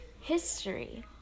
history